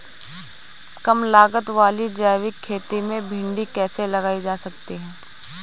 कम लागत वाली जैविक खेती में भिंडी कैसे लगाई जा सकती है?